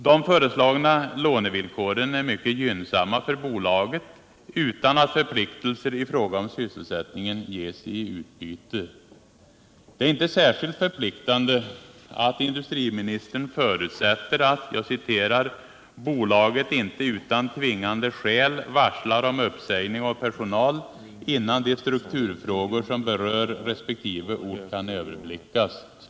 De föreslagna lånevillkoren är mycket gynnsamma för bolaget, utan att förpliktelser i fråga om sysselsättningen ges i utbyte. Det är inte särskilt förpliktande att industriministern förutsätter att ”bolaget inte utan tvingande skäl varslar om uppsägning av personal innan de strukturfrågor som berör resp. ort kan överblickas”.